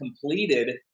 completed